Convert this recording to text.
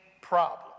problem